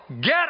get